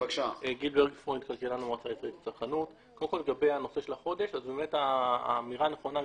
לגבי הנושא של החודש, האמירה נכונה.